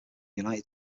united